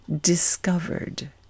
discovered